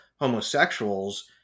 homosexuals